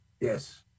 Yes